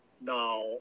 now